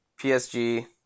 PSG